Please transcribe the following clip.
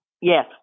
Yes